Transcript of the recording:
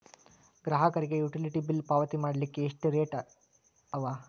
ಗ್ರಾಹಕರಿಗೆ utility bill ಪಾವತಿ ಮಾಡ್ಲಿಕ್ಕೆ ಎಷ್ಟ ರೇತಿ ಅವ?